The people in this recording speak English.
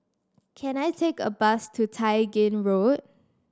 can I take a bus to Tai Gin Road